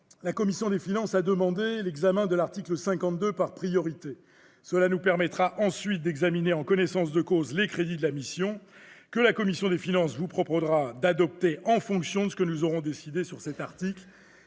la commission des finances a demandé l'examen de l'article 52 en priorité. Cela nous permettra ensuite d'examiner en connaissance de cause les crédits de la mission que la commission des finances vous proposera d'adopter en fonction de ce que nous aurons décidé sur cet article